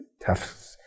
tough